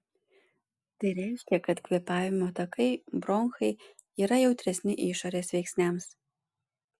tai reiškia kad kvėpavimo takai bronchai yra jautresni išorės veiksniams